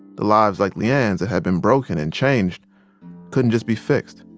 the lives like le-ann's that had been broken and changed couldn't just be fixed.